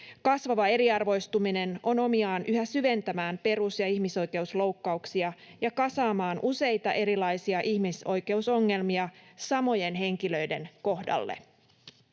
Kasvava eriarvoistuminen on omiaan yhä syventämään perus- ja ihmisoikeusloukkauksia ja kasaamaan useita erilaisia ihmisoikeusongelmia samojen henkilöiden kohdalle.